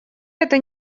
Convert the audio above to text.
это